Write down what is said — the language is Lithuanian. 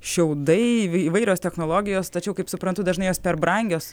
šiaudai įvairios technologijos tačiau kaip suprantu dažnai jos per brangios